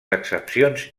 excepcions